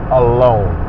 alone